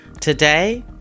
Today